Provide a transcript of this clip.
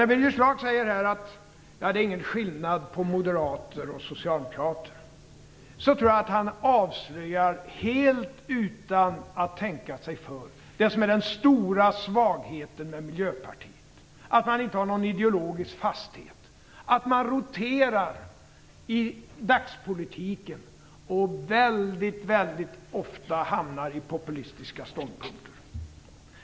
När Birger Schlaug här säger att det är ingen skillnad på moderater och socialdemokrater tror jag att han, helt utan att tänka sig för, avslöjar det som är den stora svagheten med Miljöpartiet: att man inte har någon ideologisk fasthet, att man roterar i dagspolitiken och väldigt, väldigt ofta hamnar på populistiska ståndpunkter.